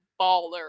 baller